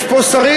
יש פה שרים,